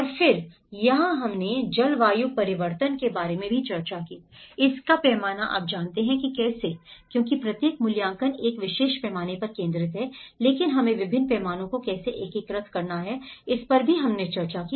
और फिर यहां हमने जलवायु परिवर्तन के बारे में भी चर्चा की इसका पैमाना आप जानते हैं कि कैसे क्योंकि प्रत्येक मूल्यांकन एक विशेष पैमाने पर केंद्रित है लेकिन हमें विभिन्न पैमानों को कैसे एकीकृत करना है इस पर भी हमने चर्चा की